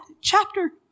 chapter